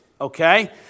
Okay